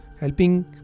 helping